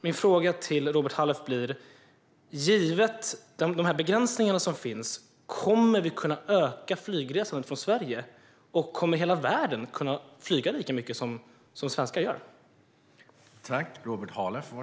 Min fråga till Robert Halef blir därför: Givet de begränsningar som finns, kommer vi att kunna öka flygresandet från Sverige? Kommer hela världen att kunna flyga lika mycket som svenskar gör?